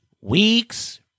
week's